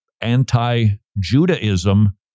anti-Judaism